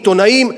עיתונאים,